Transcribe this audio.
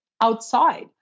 outside